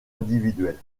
individuelle